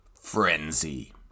Frenzy